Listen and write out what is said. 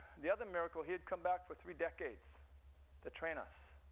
the other miracle. he had come back for three decades to train us.